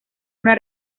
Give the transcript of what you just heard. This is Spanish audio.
una